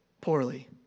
poorly